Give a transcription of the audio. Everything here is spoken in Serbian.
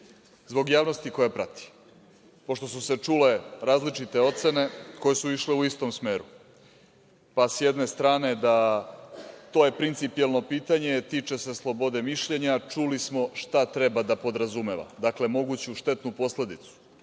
doda. Zbog javnosti koja prati, pošto su se čule različite ocene, koje su išle u istom smeru, pa sa jedne strane da to je principijelno pitanje, tiče se slobode mišljenja, čuli smo šta treba da podrazumeva. Dakle, moguću štetnu posledicu,